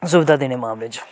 सुबधा देने दे मामले च